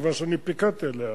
חטיבה שאני פיקדתי עליה.